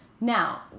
now